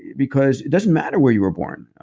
because it doesn't matter where you were born,